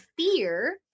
fear